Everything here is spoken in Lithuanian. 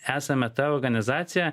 esame ta organizacija